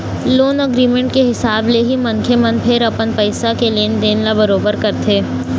loan agreement के हिसाब ले ही मनखे मन फेर अपन पइसा के लेन देन ल बरोबर करथे